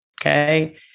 Okay